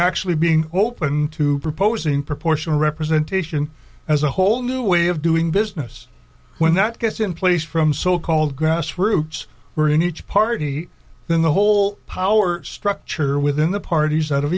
actually being open to proposing proportional representation as a whole new way of doing business when that gets in place from so called grassroots we're in each party in the whole power structure within the parties